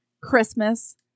Christmas